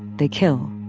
they kill